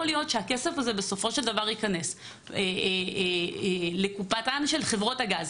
להיות שהכסף הזה בסופו של דבר ייכנס לקופתן של חברות הגז,